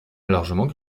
largement